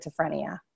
schizophrenia